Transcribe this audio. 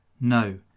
No